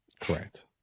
Correct